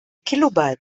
kilobyte